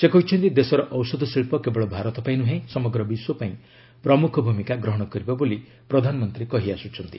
ସେ କହିଛନ୍ତି ଦେଶର ଔଷଧ ଶିଳ୍ପ କେବଳ ଭାରତ ପାଇଁ ନୁହେଁ ସମଗ୍ର ବିଶ୍ୱ ପାଇଁ ପ୍ରମୁଖ ଭୂମିକା ଗ୍ରହଣ କରିବ ବୋଲି ପ୍ରଧାନମନ୍ତ୍ରୀ କହି ଆସୁଛନ୍ତି